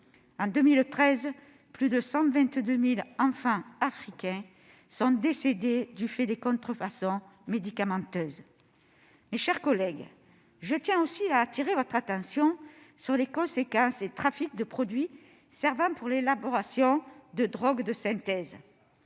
en 2013, plus de 122 000 enfants africains sont décédés du fait des contrefaçons médicamenteuses. Mes chers collègues, je tiens aussi à appeler votre attention sur les conséquences des trafics de produits servant à l'élaboration de drogues de synthèse.